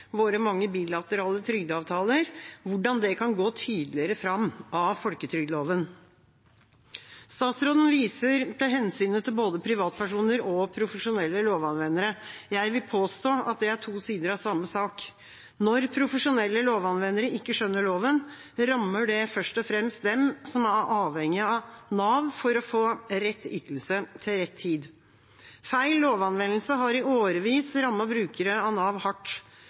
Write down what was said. våre mange bilaterale trygdeavtaler, kan gå tydeligere fram av folketrygdloven. Statsråden viser til hensynet til både privatpersoner og profesjonelle lovanvendere. Jeg vil påstå at det er to sider av samme sak. Når profesjonelle lovanvendere ikke skjønner loven, rammer det først og fremst de som er avhengige av Nav for å få rett ytelse til rett tid. Feil lovanvendelse har i årevis rammet brukere av Nav hardt.